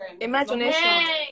Imagination